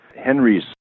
Henry's